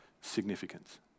significance